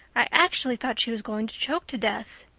i actually thought she was going to choke to death.